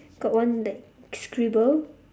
got one like scribble